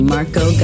Marco